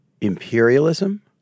imperialism